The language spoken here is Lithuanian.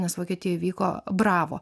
nes vokietijoj vyko bravo